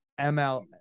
ml